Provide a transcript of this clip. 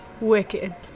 Wicked